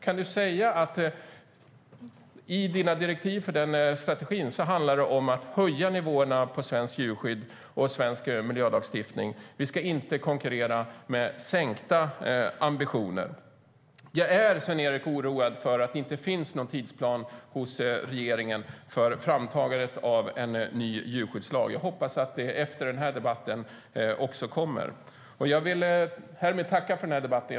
Kan du säga att det i dina direktiv för den strategin handlar om att höja nivåerna på svenskt djurskydd och svensk miljölagstiftning och om att vi inte ska konkurrera med sänkta ambitioner? Sven-Erik! Jag är oroad över att det inte finns någon tidsplan hos regeringen för framtagandet av en ny djurskyddslag. Jag hoppas att en sådan kommer efter den här debatten. Jag vill härmed tacka för debatten.